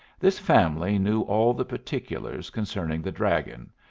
this family knew all the particulars concerning the dragon,